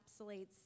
encapsulates